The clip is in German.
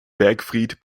bergfried